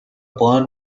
blond